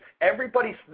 everybody's